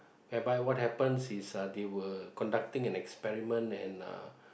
where by what happens is uh they were conducting an experiment and uh